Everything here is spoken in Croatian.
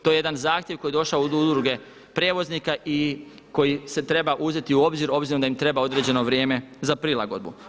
To je jedan zahtjev koji je došao od Udruge prijevoznika koji se treba uzeti u obzir obzirom da im treba određeno vrijeme za prilagodbu.